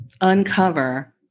uncover